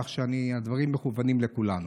כך שהדברים מכוונים לכולנו.